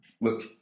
Look